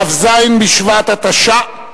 כ"ז בשבט התשע"א,